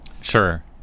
Sure